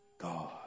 God